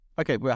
Okay